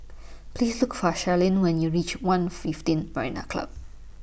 Please Look For Sharyn when YOU REACH one fifteen Marina Club